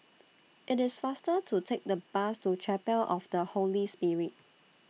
IT IS faster to Take The Bus to Chapel of The Holy Spirit